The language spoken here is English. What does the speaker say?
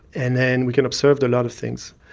and then we can observe a lot of things.